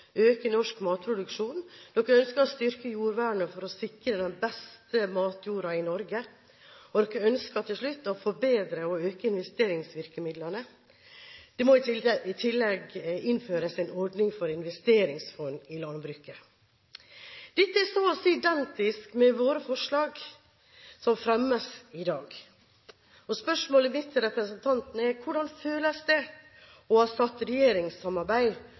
øke norsk matproduksjon. De ønsker å styrke jordvernet for å sikre den beste matjorden i Norge, og til slutt ønsker de å forbedre og øke investeringsvirkemidlene. Det må i tillegg innføres en ordning for investeringsfond i landbruket. Dette er så å si identisk med våre forslag som fremmes i dag. Spørsmålet mitt til representanten er: Hvordan føles det å ha satt regjeringssamarbeid